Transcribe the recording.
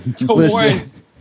Listen